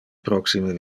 proxime